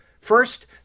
First